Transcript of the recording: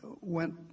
went